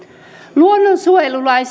luonnonsuojelulain